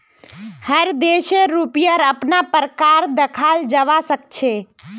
हर देशेर रुपयार अपना प्रकार देखाल जवा सक छे